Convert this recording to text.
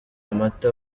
amata